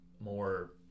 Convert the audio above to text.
more